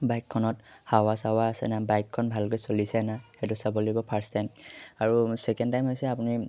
বাইকখনত হাৱা চাৱা আছে নাই বাইকখন ভালকে চলিছে নাই সেইটো চাব লাগিব ফাৰ্ষ্ট টাইম আৰু ছেকেণ্ড টাইম হৈছে আপুনি